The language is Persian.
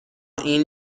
این